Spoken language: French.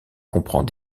comprend